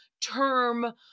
term